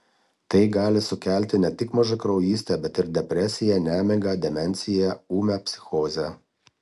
tai gali sukelti ne tik mažakraujystę bet ir depresiją nemigą demenciją ūmią psichozę